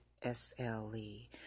SLE